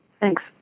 Thanks